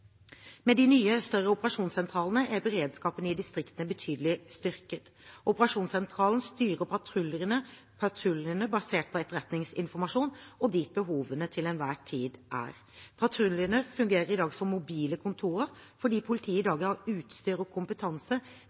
Med de nye, større operasjonssentralene er beredskapen i distriktene betydelig styrket. Operasjonssentralen styrer patruljene, patruljene er basert på etterretningsinformasjon og hvor behovene til enhver tid er. Patruljene fungerer i dag som mobile kontorer, fordi politiet i dag har utstyr og kompetanse